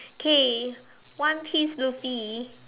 okay One Piece Luffy